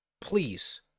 please